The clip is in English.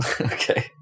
okay